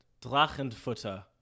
Drachenfutter